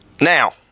Now